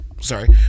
sorry